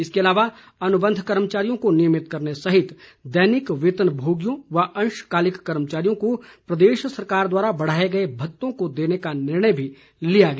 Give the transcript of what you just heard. इसके अलावा अनुबंध कर्मचारियों को नियमित करने सहित दैनिक वेतन भोगियों व अंशकालिक कर्मचारियों को प्रदेश सरकार द्वारा बढ़ाए गए भत्तों को देने का निर्णय भी लिया गया